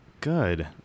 Good